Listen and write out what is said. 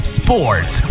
sports